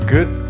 Good